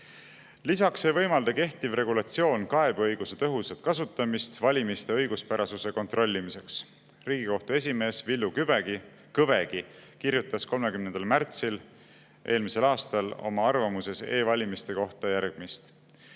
Lisaks ei võimalda kehtiv regulatsioon kaebeõiguse tõhusat kasutamist valimiste õiguspärasuse kontrollimiseks. Riigikohtu esimees Villu Kõvegi kirjutas 30. märtsil eelmisel aastal oma arvamuses e-valimiste kohta järgmist: